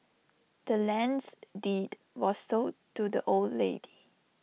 the land's deed was sold to the old lady